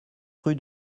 rue